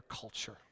culture